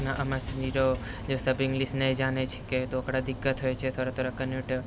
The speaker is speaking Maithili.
जे सब इंगलिश नहि जानै छिकै तऽ ओकरा दिक्कत होइ छै थोड़ा थोड़ा कनियो टा